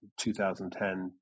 2010